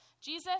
Jesus